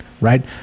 right